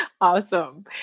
Awesome